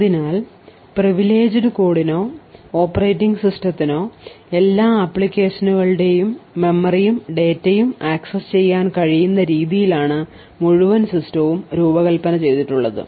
അതിനാൽ പ്രിവിലേജ്ഡ് കോഡിനോ ഓപ്പറേറ്റിംഗ് സിസ്റ്റത്തിനോ എല്ലാ ആപ്ലിക്കേഷനുകളുടെയും മെമ്മറിയും ഡാറ്റയും ആക്സസ് ചെയ്യാൻ കഴിയുന്ന രീതിയിൽ ആണ് മുഴുവൻ സിസ്റ്റവും രൂപകൽപ്പന ചെയ്തിട്ടുള്ളത്